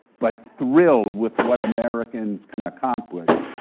but thrilled with what americans can accomplish,